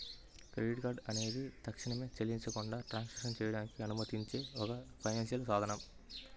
credit card అనేది తక్షణమే చెల్లించకుండా ట్రాన్సాక్షన్లు చేయడానికి అనుమతించే ఒక ఫైనాన్షియల్ సాధనం